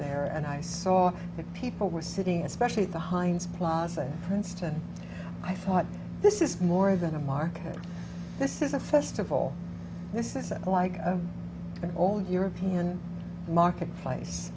there and i saw that people were sitting especially at the heinz plaza princeton i thought this is more than a market this is a festival this is like an old european marketplace